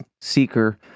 seeker